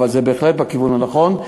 אבל זה בהחלט בכיוון הנכון,